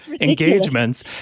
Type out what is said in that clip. engagements